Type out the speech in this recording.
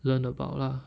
learn about lah